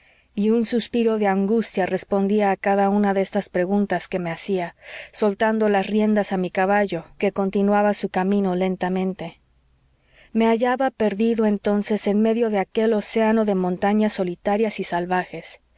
y un suspiro de angustia respondía a cada una de estas preguntas que me hacía soltando las riendas a mi caballo que continuaba su camino lentamente me hallaba perdido entonces en medio de aquel océano de montañas solitarias y salvajes